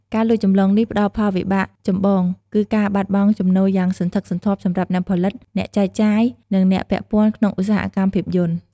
ការលួចចម្លងនេះផ្តលផលវិបាកចម្បងគឺការបាត់បង់ចំណូលយ៉ាងសន្ធឹកសន្ធាប់សម្រាប់អ្នកផលិត អ្នកចែកចាយ និងអ្នកពាក់ព័ន្ធក្នុងឧស្សាហកម្មភាពយន្ត។